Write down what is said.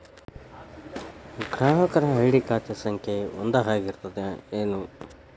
ಗ್ರಾಹಕರ ಐ.ಡಿ ಖಾತೆ ಸಂಖ್ಯೆ ಒಂದ ಆಗಿರ್ತತಿ ಏನ